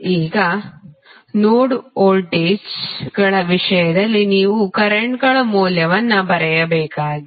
ಈಗ ನೋಡ್ ವೋಲ್ಟೇಜ್ಗಳ ವಿಷಯದಲ್ಲಿ ನೀವು ಕರೆಂಟ್ಗಳ ಮೌಲ್ಯಗಳನ್ನು ಬರೆಯಬೇಕಾಗಿದೆ